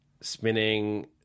spinning